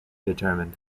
determined